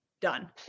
Done